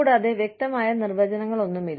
കൂടാതെ വ്യക്തമായ നിർവചനങ്ങളൊന്നുമില്ല